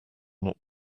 not